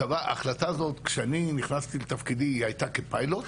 כשאני נכנסתי לתפקידי היא הייתה כפיילוט.